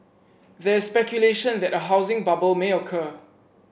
there is speculation that a housing bubble may occur